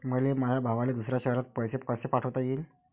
मले माया भावाले दुसऱ्या शयरात पैसे कसे पाठवता येईन?